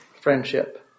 friendship